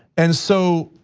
and so,